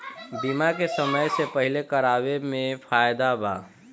बीमा के समय से पहिले करावे मे फायदा बा